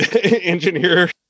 engineer